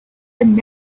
had